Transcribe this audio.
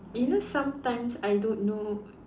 you know sometimes I don't know